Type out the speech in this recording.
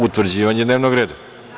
Utvrđivanje dnevnog reda.